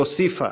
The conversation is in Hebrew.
היא הוסיפה: